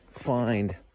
find